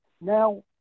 now